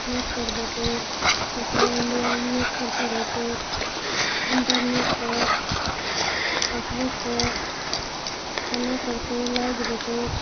net पर देतै social मीडियामे नेट पर चढ़ेतै इंटरनेट पर फेसबुक पर फॉलो करतै लाइक देतै